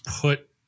put